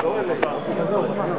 אדון